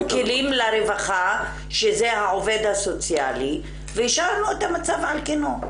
כלים לרווחה שזה העובד הסוציאלי והשארנו את המצב על כנו.